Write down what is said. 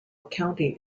county